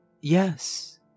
Yes